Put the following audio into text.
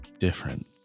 different